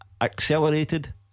accelerated